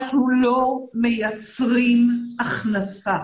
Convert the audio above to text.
אנחנו לא מייצרים הכנסה.